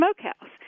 smokehouse